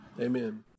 Amen